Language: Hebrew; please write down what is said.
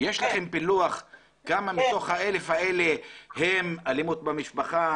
יש לכם פילוח כמה מתוך ה-1,000 הם אלימות במשפחה,